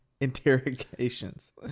interrogations